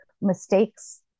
mistakes